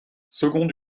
second